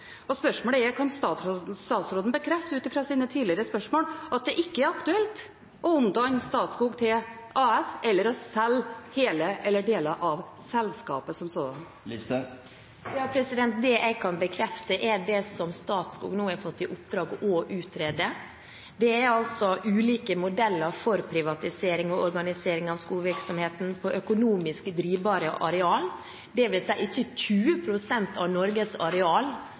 Spørsmålet er: Kan statsråden bekrefte, ut fra tidligere spørsmål, at det ikke er aktuelt å omdanne Statskog til AS eller å selge hele eller deler av selskapet som sådan? Det jeg kan bekrefte, er det som Statskog nå har fått i oppdrag å utrede. Det er altså ulike modeller for privatisering og organisering av skogvirksomheten på økonomisk drivbare areal, dvs. ikke 20 pst. av Norges areal,